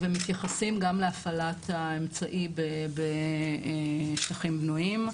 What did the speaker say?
והם מתייחסים גם להפעלת האמצעי בשטחים בנויים.